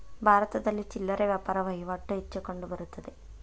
ಭಾರತದಲ್ಲಿ ಚಿಲ್ಲರೆ ವ್ಯಾಪಾರ ವಹಿವಾಟು ಹೆಚ್ಚು ಕಂಡುಬರುತ್ತದೆ